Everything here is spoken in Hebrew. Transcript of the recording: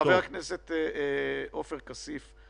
חבר הכנסת עופר כסיף.